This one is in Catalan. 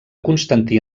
constantí